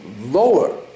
Lower